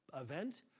event